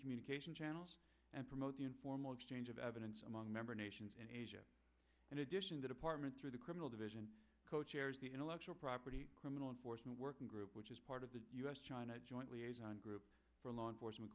communication channels and promote the informal exchange of evidence among member nations in asia in addition the department through the criminal division co chairs the intellectual property criminal enforcement working group which is part of the us china jointly is on group for law enforcement